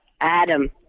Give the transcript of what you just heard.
Adam